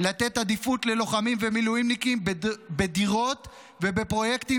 במתן עדיפות ללוחמים ומילואימניקים בדירות ובפרויקטים